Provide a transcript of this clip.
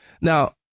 Now